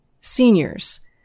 Seniors